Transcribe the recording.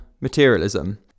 materialism